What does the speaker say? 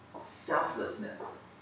selflessness